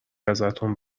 ازتون